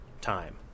time